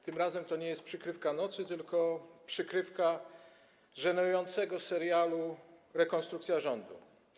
Tym razem nie jest to przykrywka nocy, tylko przykrywka żenującego serialu „Rekonstrukcja rządu”